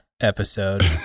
episode